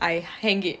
I hang it